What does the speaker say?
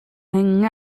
hanging